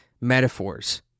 metaphors